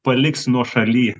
paliks nuošaly